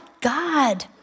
God